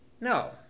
no